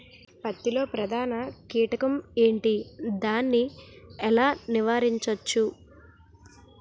పత్తి లో ప్రధాన కీటకం ఎంటి? దాని ఎలా నీవారించచ్చు?